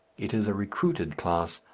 it is a recruited class,